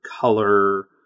color